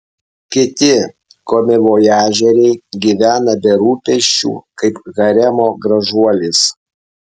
kiti komivojažieriai gyvena be rūpesčių kaip haremo gražuolės